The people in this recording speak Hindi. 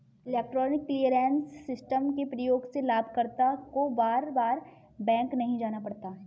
इलेक्ट्रॉनिक क्लीयरेंस सिस्टम के प्रयोग से लाभकर्ता को बार बार बैंक नहीं जाना पड़ता है